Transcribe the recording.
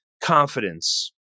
confidence